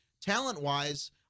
talent-wise